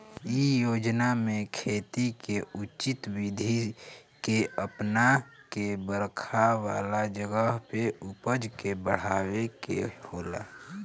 इ योजना में खेती के उचित विधि के अपना के बरखा वाला जगह पे उपज के बढ़ावे के होला